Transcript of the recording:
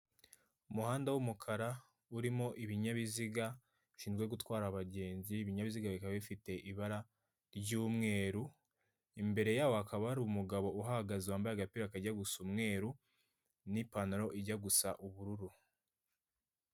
Umuhanda w'umukara irimo ibinyabiziga bishinzwe gutwara anagenizi inyabiziga bikaba bifite ibara ry'umweru imbere yaho hakaba hari umugabo wambaye agapira kajya gusa umweru n'ipanaro ijya gusa ubururu.